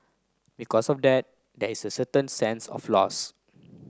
because of that there is a certain sense of loss